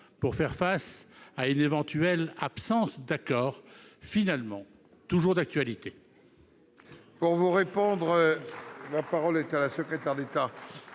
pour faire face à une éventuelle absence d'accord, finalement toujours d'actualité